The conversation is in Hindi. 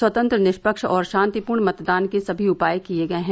स्वतंत्र निष्पक्ष और शातिपूर्ण मतदान के सभी उपाय किये गये हैं